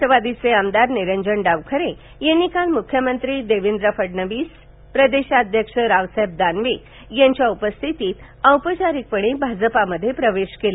राष्ट्रवादीचे आमदार निरंजन डावखरे यांनी काल मुख्यमंत्री देवेंद्र फडणवीस प्रदेशाध्यक्ष रावसाहेब दानवे यांच्या उपस्थितीत औपचारिकपणे भाजपमध्ये प्रवेश केला